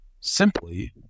simply